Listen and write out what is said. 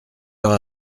heure